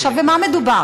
עכשיו, במה מדובר?